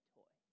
toy